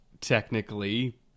technically